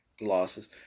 losses